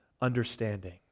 understanding